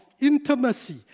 intimacy